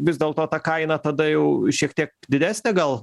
vis dėlto ta kaina tada jau šiek tiek didesnė gal